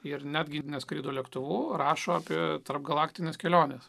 ir netgi neskrido lėktuvu rašo apie tarpgalaktines keliones